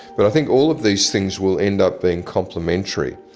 but i think all of these things will end up being complimentary.